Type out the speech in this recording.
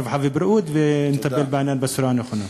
רווחה ובריאות, ונטפל בעניין בצורה נכונה.